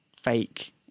fake